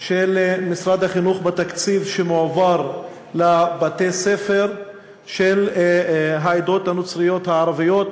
של משרד החינוך בתקציב שמועבר לבתי-ספר של העדות הנוצריות הערביות,